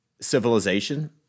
civilization